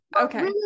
Okay